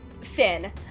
Finn